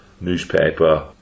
newspaper